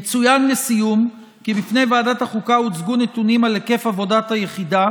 יצוין לסיום כי בפני ועדת החוקה הוצגו נתונים על היקף עבודת היחידה